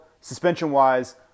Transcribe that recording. suspension-wise